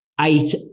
eight